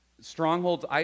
Strongholds